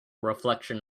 reflection